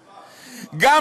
שלוחיו, שלוחיו.